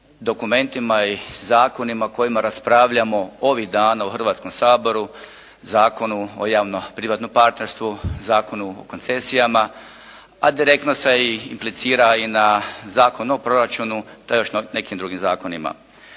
dokumentima i zakonima o kojima raspravljamo ovih dana u Hrvatskom saboru – Zakonu o javno-privatnom partnerstvu, Zakonu o koncesijama, a direktno se implicira i na Zakon o proračunu, te o još nekim drugim zakonima.